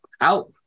out